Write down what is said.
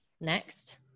next